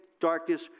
darkness